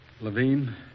Levine